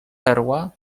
perła